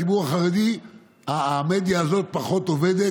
בציבור החרדי המדיה הזאת פחות עובדת,